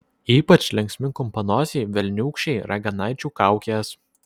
ypač linksmi kumpanosiai velniūkščiai raganaičių kaukės